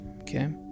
okay